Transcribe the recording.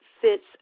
fits